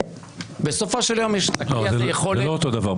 זה לא אותו דבר.